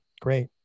Great